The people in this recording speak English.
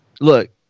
look